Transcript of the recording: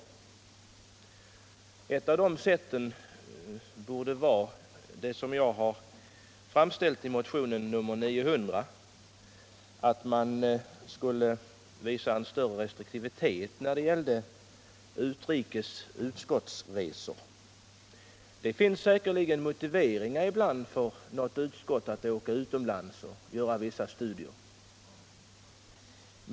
Ett sätt att undvika detta borde vara det som jag har tagit upp i motionen 900, nämligen att visa en större restriktivitet när det gäller utrikes utskottsresor. Säkerligen finns det ibland motiveringar för ett utskott att åka utomlands och göra vissa studier.